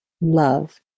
Love